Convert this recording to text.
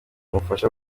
umufasha